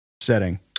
setting